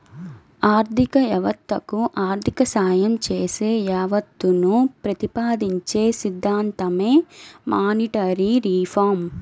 ఆర్థిక యావత్తకు ఆర్థిక సాయం చేసే యావత్తును ప్రతిపాదించే సిద్ధాంతమే మానిటరీ రిఫార్మ్